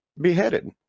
beheaded